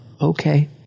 Okay